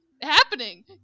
happening